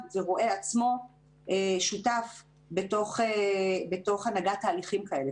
ורואה את עצמו שותף בתוך הנהגת תהליכים כאלה,